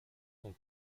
sont